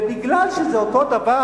ובגלל שזה אותו דבר,